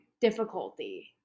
difficulty